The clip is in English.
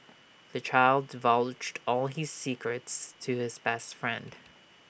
the child divulged all his secrets to his best friend